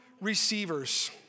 receivers